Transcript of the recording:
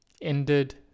Ended